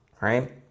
right